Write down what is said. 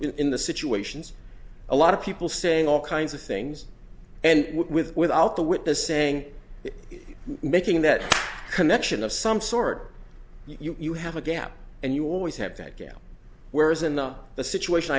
in the situations a lot of people saying all kinds of things and without the witness saying it making that connection of some sort you have a gap and you always have that gap whereas in the the situation